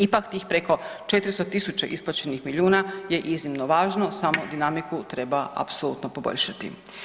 Ipak tih preko 400.000 isplaćenih milijuna je iznimno važno samo dinamiku treba apsolutno poboljšati.